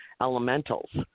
elementals